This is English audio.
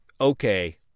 okay